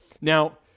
Now